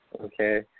Okay